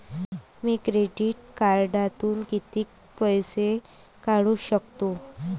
मी credit कार्डातून किती पैसे काढू शकतो?